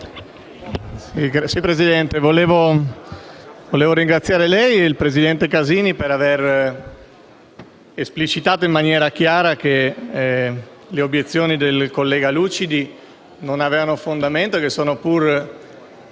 Presidente, volevo ringraziare lei e il presidente Casini per avere esplicitato in maniera chiara che le obiezioni del collega Lucidi non avevano fondamento e che sono